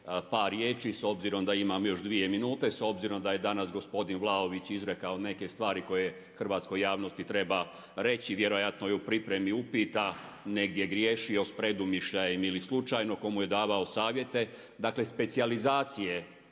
par riječi s obzirom da imam još dvije minute, s obzirom da je danas gospodin Vlaović izrekao neke stvari koje hrvatskoj javnosti treba reći. Vjerojatno je u pripremi upita negdje griješio s predumišljajem ili slučajno tko mu je davao savjete. Dakle, specijalizacije